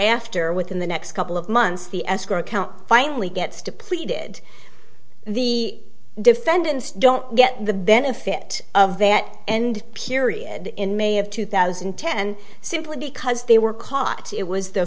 after within the next couple of months the escrow account finally gets depleted the defendants don't get the benefit of that and period in may of two thousand and ten simply because they were caught it was